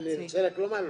אני רוצה רק לומר לו,